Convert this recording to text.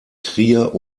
trier